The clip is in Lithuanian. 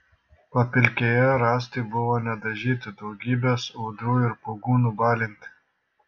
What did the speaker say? papilkėję rąstai buvo nedažyti daugybės audrų ir pūgų nubalinti